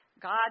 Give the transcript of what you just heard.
God